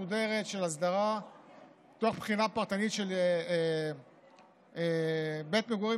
מסודרת של הסדרה תוך בחינה פרטנית של בית מגורים